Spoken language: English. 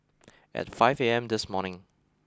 at five A M this morning